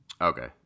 Okay